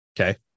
okay